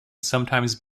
sometimes